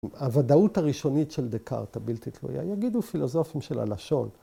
‫הוודאות הראשונית של דקארט, ‫הבלתי תלויה, ‫יגידו פילוסופים של הלשון,